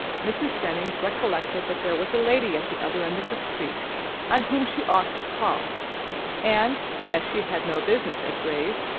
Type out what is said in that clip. mrs. jennings recollected that there was a lady at the other end of the street on whom she ought to call and as she had no business at gray's,